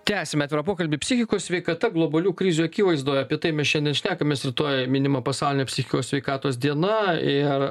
tęsiame pokalbį psichikos sveikata globalių krizių akivaizdoj apie tai mes šiandien šnekamės rytoj minima pasaulinė psichikos sveikatos diena ir